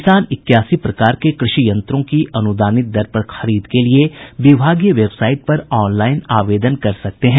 किसान इक्यासी प्रकार के कृषि यंत्रों की अनुदानित दर पर खरीद के लिए विभागीय वेबसाईट पर ऑनलाईन आवेदन कर सकते हैं